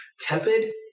Tepid